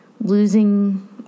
losing